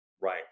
Right